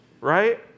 right